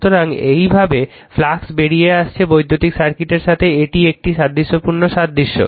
সুতরাং এইভাবে ফ্লাক্স বেরিয়ে আসছে বৈদ্যুতিক সার্কিটের সাথে এটি একটি সাদৃশ্যপূর্ণ সাদৃশ্য